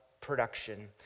production